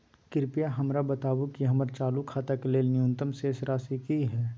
कृपया हमरा बताबू कि हमर चालू खाता के लेल न्यूनतम शेष राशि की हय